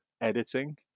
editing